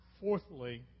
Fourthly